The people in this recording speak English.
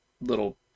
little